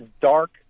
dark